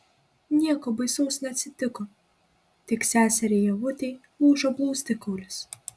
nieko baisaus neatsitiko tik seseriai ievutei lūžo blauzdikaulis